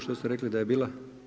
Što ste rekli da je bila?